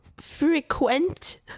frequent